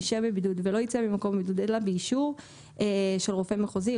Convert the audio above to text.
ישהה בבידוד ולא יצא ממקום הבידוד אלא באישור של רופא מחוזי,